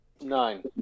nine